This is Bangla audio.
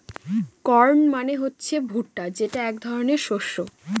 কর্ন মানে হচ্ছে ভুট্টা যেটা এক ধরনের শস্য